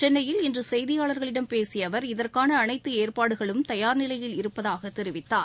சென்னையில் இன்று செய்தியாளர்களிடம் பேசிய அவர் இதற்கான அனைத்து ஏற்பாடுகளும் தயார் நிலையில் இருப்பதாகவும் தெரிவித்தார்